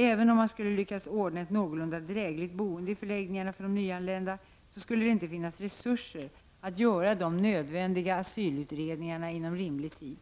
Även om man skulle lyckas ordna ett någorlunda drägligt boende i förläggningar för de nyanlända, skulle det inte finnas resurser för att t.ex. göra de nödvändiga asylutredningarna inom rimlig tid.